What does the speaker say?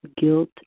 guilt